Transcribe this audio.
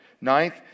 Ninth